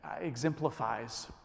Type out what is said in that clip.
exemplifies